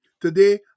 today